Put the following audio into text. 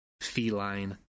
feline